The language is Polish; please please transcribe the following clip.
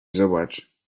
zobacz